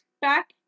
back